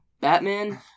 Batman